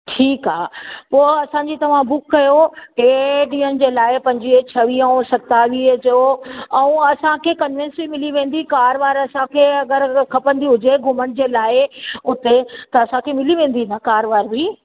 ठीकु आहे पोइ असांजी तव्हां बुक कयो टे ॾींहनि जे लाइ पंजुवीह छवीह ऐं सतावीह जो ऐं असांखे कनवेंस बि मिली वेंदी कार वार असांखे अगरि खपंदी हुजे घुमण जे लाए उते त असांखे मिली वेंदी न कार वार बि